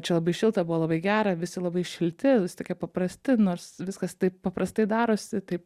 čia labai šilta buvo labai gera visi labai šilti tokie paprasti nors viskas taip paprastai darosi taip